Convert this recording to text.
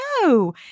no